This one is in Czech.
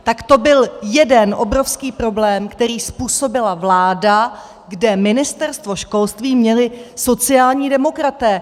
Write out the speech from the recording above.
Tak to byl jeden obrovský problém, který způsobila vláda, kde Ministerstvo školství měli sociální demokraté.